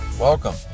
welcome